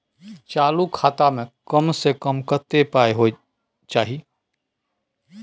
चालू खाता में कम से कम कत्ते पाई होय चाही?